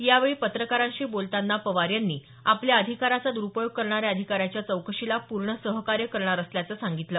यावेळी पत्रकारांशी बोलताना पवार यांनी आपल्या अधिकाराचा द्रुपयोग करणाऱ्या अधिकाऱ्याच्या चौकशीला पूर्ण सहकार्य करणार असल्याचं सांगितलं